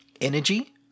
Energy